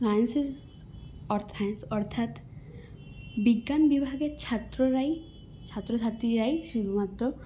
সাইন্সের অর্থাৎ বিজ্ঞান বিভাগের ছাত্ররাই ছাত্র ছাত্রীরাই শুধুমাত্র